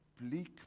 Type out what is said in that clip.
bleak